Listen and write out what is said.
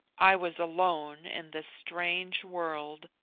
i was alone in this strange world,